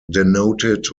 denoted